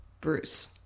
Bruce